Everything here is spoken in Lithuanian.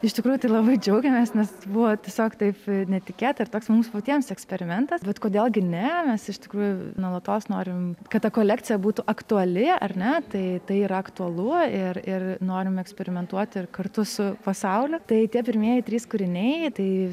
iš tikrųjų tai labai džiaugiamės nes buvo tiesiog taip netikėta ir toks mums patiems eksperimentas bet kodėl gi ne mes iš tikrųjų nuolatos norim kad ta kolekcija būtų aktuali ar ne tai tai yra aktualu ir ir norime eksperimentuoti ir kartu su pasauliu tai tie pirmieji trys kūriniai tai